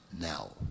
now